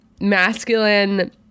masculine